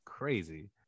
crazy